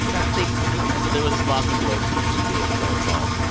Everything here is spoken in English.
that's the extent of it there was this boston globe piece a few days ago called,